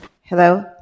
hello